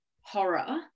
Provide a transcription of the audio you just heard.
horror